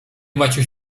maciuś